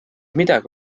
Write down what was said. midagi